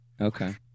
Okay